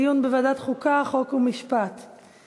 התשע"ד 2014, לוועדת החוקה, חוק ומשפט נתקבלה.